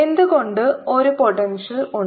എന്തുകൊണ്ട് ഒരു പൊട്ടെൻഷ്യൽ ഉണ്ട്